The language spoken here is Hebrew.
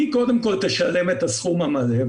קודם כל תשלם את הסכום המלא,